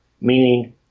meaning